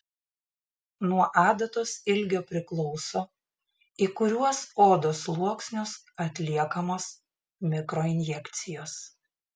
nuo adatos ilgio priklauso į kuriuos odos sluoksnius atliekamos mikroinjekcijos